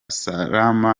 salma